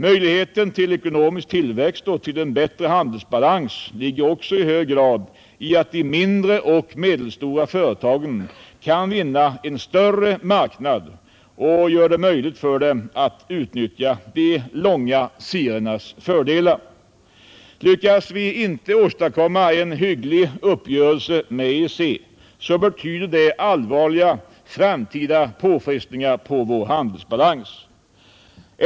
Möjligheterna till ekonomisk tillväxt och en bättre handelsbalans ligger också i hög grad i att de mindre och medelstora företagen kan vinna en större marknad, som gör det möjligt för dem att utnyttja de långa seriernas fördelar. Lyckas vi inte åstadkomma en hygglig uppgörelse med EEC, betyder det allvarliga framtida påfrestningar på vår handelsbalans.